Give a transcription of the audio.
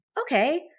okay